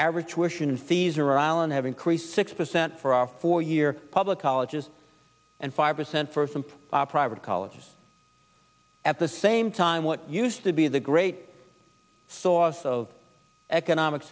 average wish in fees or island have increased six percent for our four year public colleges and five percent for some private colleges at the same time what used to be the great source of economic